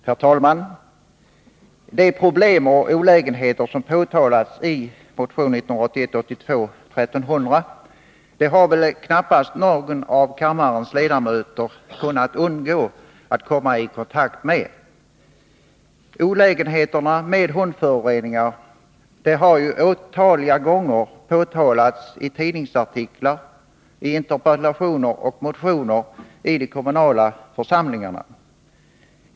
Herr talman! De problem och olägenheter som påtalats i motion 1981/82:1300 har väl knappast någon av kammarens ledamöter kunnat undgå att komma i kontakt med. Olägenheterna med hundföroreningar har otaliga gånger påtalats i tidningsinsändare samt i interpellationer och motioner i de kommunala församlingarna.